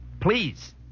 Please